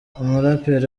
umuraperi